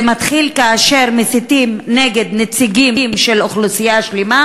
זה מתחיל כאשר מסיתים נגד נציגים של אוכלוסייה שלמה.